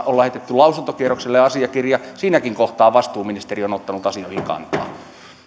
on lähetetty lausuntokierrokselle asiakirja siinäkin kohtaa vastuuministeri on ottanut asioihin kantaa